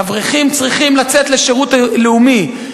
אברכים צריכים לצאת לשירות לאומי.